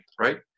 right